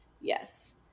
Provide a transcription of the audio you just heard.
yes